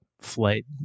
flight